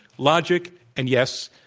logic and, yes,